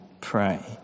pray